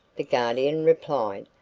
the guardian replied,